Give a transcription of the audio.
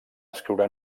escriure